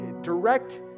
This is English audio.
direct